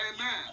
Amen